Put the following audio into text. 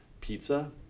Pizza